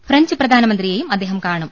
French പ്രധാനമന്ത്രിയെയും അദ്ദേഹം കാണും